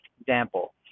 example